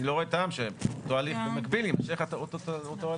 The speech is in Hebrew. אני לא רואה טעם שבמקביל יימשך אותו הליך.